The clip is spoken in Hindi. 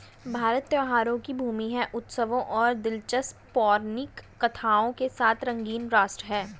भारत त्योहारों की भूमि है, उत्सवों और दिलचस्प पौराणिक कथाओं के साथ रंगीन राष्ट्र है